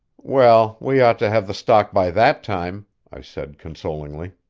well, we ought to have the stock by that time, i said consolingly.